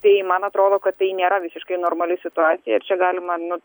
tai man atrodo kad tai nėra visiškai normali situacija ir čia galima nu